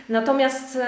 Natomiast